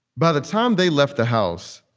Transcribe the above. by the time they left the house.